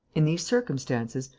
in these circumstances,